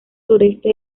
sureste